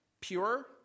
pure